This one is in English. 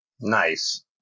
Nice